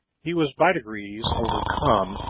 he was by degrees overcome,